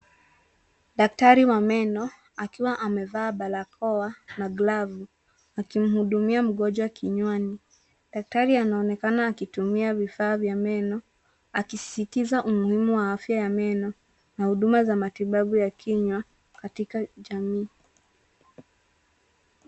Daktari wa meno akiwa amevaa barakoa na glovu, akimhudumia mgonjwa kinywani. Daktari anaonekana akitumia vifaa vya meno akisisitiza umuhimu wa afya ya meno na huduma za matibabu ya kinywa katika jamii.